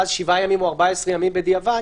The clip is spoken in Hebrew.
ואז שבעה ימים או 14 ימים בדיעבד